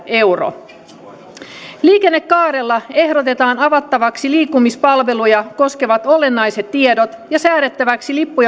euro liikennekaarella ehdotetaan avattavaksi liikkumispalveluja koskevat olennaiset tiedot ja säädettäväksi lippu